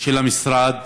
של המשרד